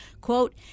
Quote